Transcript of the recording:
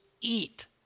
eat